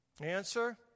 Answer